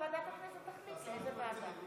ועדת הכנסת תחליט לאיזו ועדה.